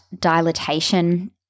dilatation